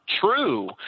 true